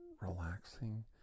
relaxing